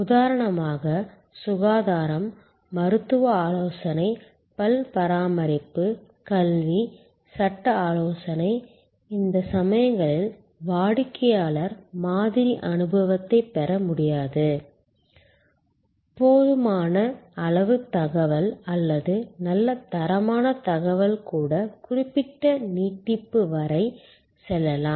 உதாரணமாக சுகாதாரம் மருத்துவ ஆலோசனை பல் பராமரிப்பு கல்வி சட்ட ஆலோசனை இந்த சமயங்களில் வாடிக்கையாளர் மாதிரி அனுபவத்தைப் பெற முடியாது போதுமான அளவு தகவல் அல்லது நல்ல தரமான தகவல் கூட குறிப்பிட்ட நீட்டிப்பு வரை செல்லலாம்